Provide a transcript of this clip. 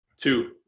two